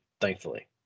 thankfully